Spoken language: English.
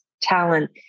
talent